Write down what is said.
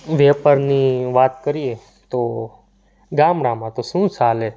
વેપારની વાત કરીએ તો ગામડામાં તો શું ચાલે